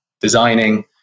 designing